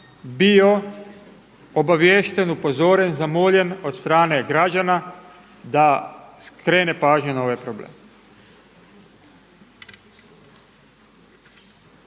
bio obaviješten, upozoren, zamoljen od strane građana da skrene pažnju na ovaj problem.